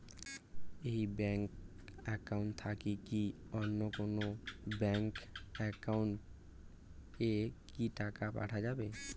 এই bank account থাকি কি অন্য কোনো ব্যাংক একাউন্ট এ কি টাকা পাঠা যাবে?